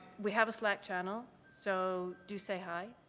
we have a slack channel, so do say hi.